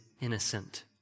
innocent